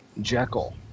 Jekyll